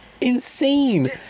insane